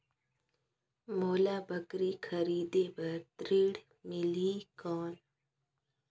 मोला बकरी खरीदे बार ऋण मिलही कौन?